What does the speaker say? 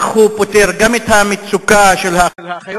כך הוא פותר גם את המצוקה של האחיות,